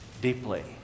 deeply